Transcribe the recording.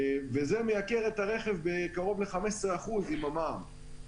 וזה מייקר את הרכב בקרוב ל-15% עם המע"מ,